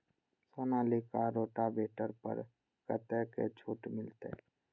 Sonalika rotavator पर कतेक छूट मिलते?